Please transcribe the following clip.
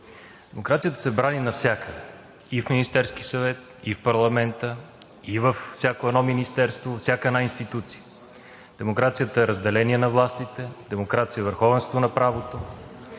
Демокрацията се брани навсякъде – и в Министерския съвет, и в парламента, и във всяко едно министерство, във всяка една институция. Демокрацията е разделение на властите, демокрацията е върховенство на правото,